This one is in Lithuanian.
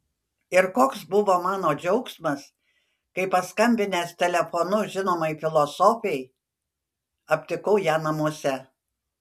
ir koks buvo mano džiaugsmas kai paskambinęs telefonu žinomai filosofei aptikau ją namuose